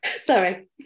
sorry